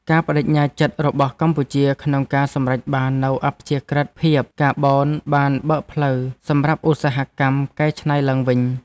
ការប្តេជ្ញាចិត្តរបស់កម្ពុជាក្នុងការសម្រេចបាននូវអព្យាក្រឹតភាពកាបូនបានបើកផ្លូវសម្រាប់ឧស្សាហកម្មកែច្នៃឡើងវិញ។